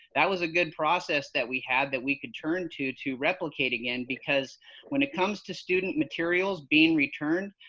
that was a good process that we had that we could turn to to replicate again, because when it comes to student materials being returned,